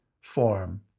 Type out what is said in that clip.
form